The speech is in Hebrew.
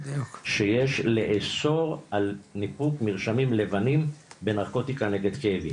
שיש לאסור על ניפוק מרשמים לבנים בנרקוטיקה נגד כאבים.